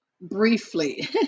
briefly